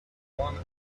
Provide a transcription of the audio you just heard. one